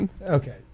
Okay